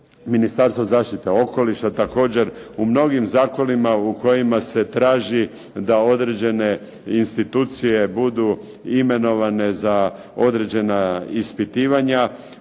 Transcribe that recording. Ministarstvo zaštite okoliša također, u mnogim zakonima u kojima se traži da određene institucije budu imenovane za određena ispitivanja,